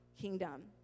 kingdom